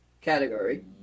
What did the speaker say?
category